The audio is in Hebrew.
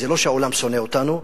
זה לא שהעולם שונא אותנו,